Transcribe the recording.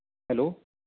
hello